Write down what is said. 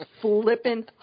flippin